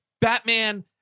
Batman